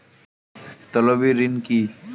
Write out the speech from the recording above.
তলবি ঋন কি?